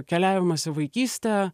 keliavimas į vaikystę